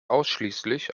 ausschließlich